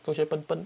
中学笨笨